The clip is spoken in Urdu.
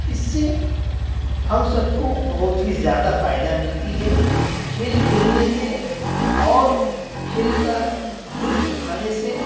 اس سے ہم سب کو بہت ہی زیادہ فائدہ ملتی ہے کھیل کھیلنے سے اور کھیل کا لطف اٹھانے سے